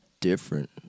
different